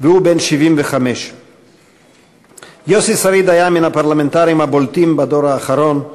והוא בן 75. יוסי שריד היה מן הפרלמנטרים הבולטים בדור האחרון,